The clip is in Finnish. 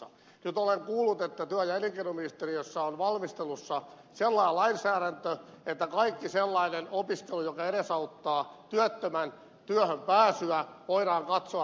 nyt olen kuullut että työ ja elinkeinoministeriössä on valmistelussa sellainen lainsäädäntö että kaikki sellainen opiskelu joka edesauttaa työttömän työhön pääsyä voidaan katsoa hänen kannaltaan hyödylliseksi